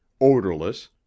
odorless